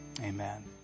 amen